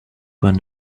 were